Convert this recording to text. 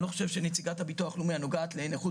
אני לא חושב שנציגת הביטוח הלאומי הנוגעת לנכות